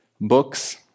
books